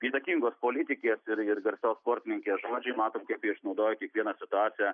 įtakingos politikės ir garsios sportininkės žodžiai matant kaip tai išnaudoja kiekvieną situaciją